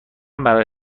برای